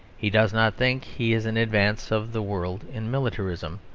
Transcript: he does not think he is in advance of the world in militarism,